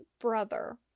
brother